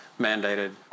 mandated